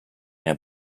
and